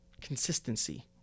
consistency